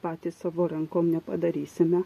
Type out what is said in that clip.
patys savo rankom nepadarysime